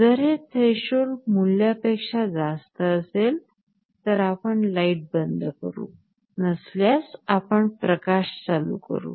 जर हे थ्रेशोल्ड मूल्यापेक्षा जास्त असेल तर आपण लाईट बंद करू नसल्यास आपण प्रकाश चालू करू